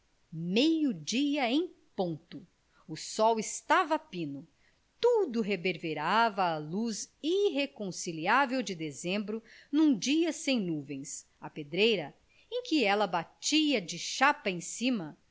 trescalante meio-dia em ponto o sol estava a pino tudo reverberava a luz irreconciliável de dezembro num dia sem nuvens a pedreira em que ela batia de chapa em cima